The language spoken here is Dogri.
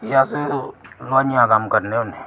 जी अस हलबाइये दा कम करने होन्ने